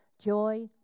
joy